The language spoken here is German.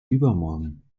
übermorgen